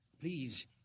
Please